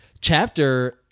chapter